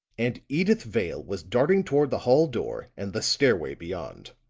and edyth vale was darting toward the hall door and the stairway beyond.